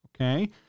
Okay